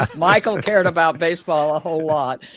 michael cared about baseball a whole lot.